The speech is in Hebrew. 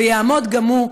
ויעמוד גם הוא,